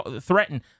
threaten